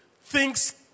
thinks